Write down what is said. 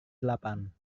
delapan